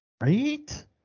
Right